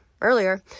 earlier